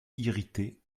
irrité